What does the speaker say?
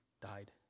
died